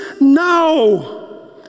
No